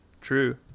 True